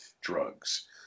drugs